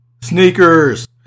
Sneakers